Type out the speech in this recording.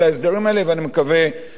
ואני מקווה שנגיע.